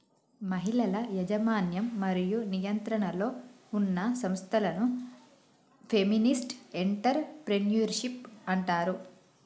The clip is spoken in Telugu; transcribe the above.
మహిళల యాజమాన్యం మరియు నియంత్రణలో ఉన్న సంస్థలను ఫెమినిస్ట్ ఎంటర్ ప్రెన్యూర్షిప్ అంటారు